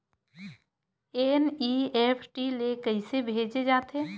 NEFT ले कइसे भेजे जाथे?